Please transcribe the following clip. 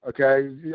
okay